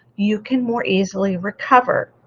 you can more easily recover.